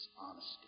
honesty